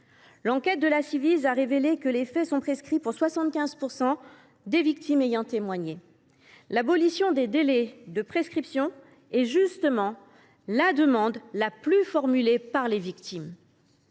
L’enquête de la Ciivise a révélé que les faits sont prescrits pour 75 % des victimes ayant témoigné. L’abolition des délais de prescription est justement la demande la plus formulée par les victimes.